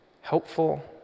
helpful